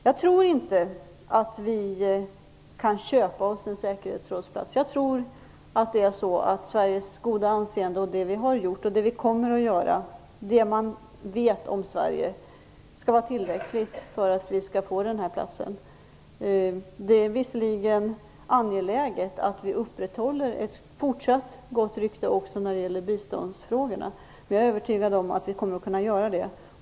Jag tror inte att vi kan köpa oss en säkerhetsrådsplats. Jag tror att Sveriges goda anseende, det vi har gjort och det vi kommer att göra, det man vet om Sverige, skall vara tillräckligt för att vi skall få platsen. Det är visserligen angeläget att vi upprätthåller ett fortsatt gott rykte också när det gäller biståndsfrågorna, och jag är övertygad om att vi kommer att kunna göra det.